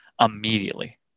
Immediately